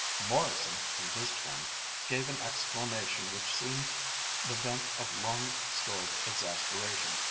morrison in his turn gave an exclamation which seemed the vent of long-stored exasperation,